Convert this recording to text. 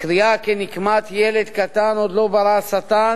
הקריאה "נקמת דם ילד קטן עוד לא ברא השטן"